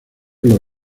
los